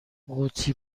قوطی